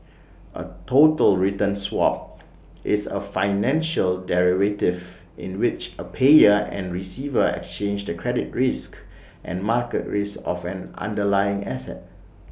A total return swap is A financial derivative in which A payer and receiver exchange the credit risk and market risk of an underlying asset